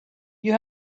you